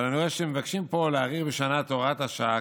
אבל אני רואה שמבקשים פה להאריך בשנה את הוראת השעה,